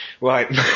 right